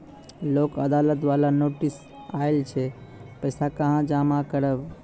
लोक अदालत बाला नोटिस आयल छै पैसा कहां जमा करबऽ?